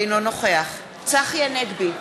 אינו נוכח צחי הנגבי,